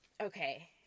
Okay